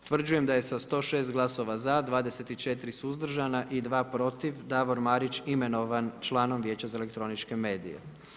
Utvrđujem da je sa 106 glasova za, 24 suzdržana i 2 protiv Davor Marić imenovan članom Vijeća za elektroničke medije.